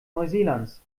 neuseelands